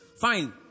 Fine